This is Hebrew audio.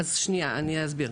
אני אסביר.